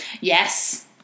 yes